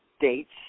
dates